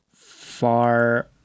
far